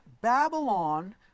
Babylon